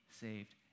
saved